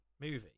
movie